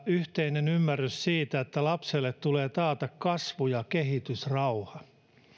yhteinen ymmärrys siitä että lapselle tulee taata kasvu ja kehitysrauha